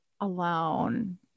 alone